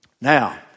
Now